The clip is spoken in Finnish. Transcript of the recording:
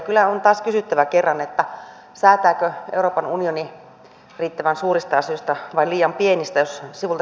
kyllä on kysyttävä taas kerran säätääkö euroopan unioni riittävän suurista asioista vai liian pienistä